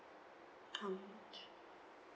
um